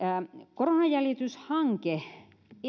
koronajäljityshanke etenee